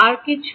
আর কিছু